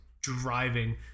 driving